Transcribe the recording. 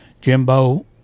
Jimbo